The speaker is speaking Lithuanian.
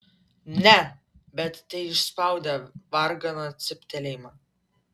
ne bet teišspaudė varganą cyptelėjimą